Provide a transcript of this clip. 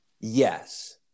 yes